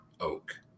oak